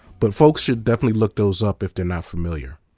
but folks should definitely look those up if they're not familiar.